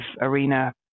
arena